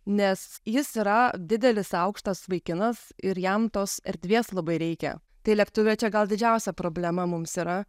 nes jis yra didelis aukštas vaikinas ir jam tos erdvės labai reikia tai lėktuve čia gal didžiausia problema mums yra